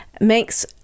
makes